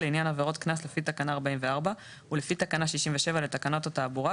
לעניין עבירות קנס לפי תקנה 44 ולפי תקנה 67 לתקנות התעבורה,